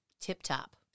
tip-top